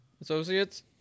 associates